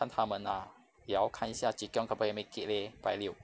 看他们 lah 也要看一下 chee kiong 可不可以 make it leh 拜六